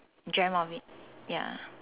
dreamt of it ya